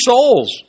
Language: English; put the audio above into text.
souls